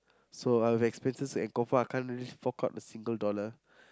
so our expenses and confirm I can't really fork out a single dollar